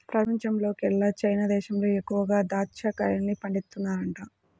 పెపంచంలోకెల్లా చైనా దేశంలో ఎక్కువగా దాచ్చా కాయల్ని పండిత్తన్నారంట